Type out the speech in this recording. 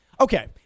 Okay